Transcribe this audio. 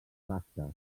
basques